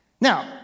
Now